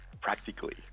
practically